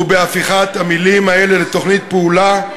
הוא בהפיכת המילים האלה לתוכנית פעולה.